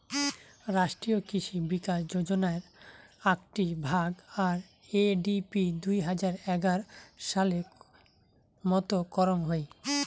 রাষ্ট্রীয় কৃষি বিকাশ যোজনার আকটি ভাগ, আর.এ.ডি.পি দুই হাজার এগার সালে মত করং হই